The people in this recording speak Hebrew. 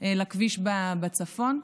לכביש בצפון,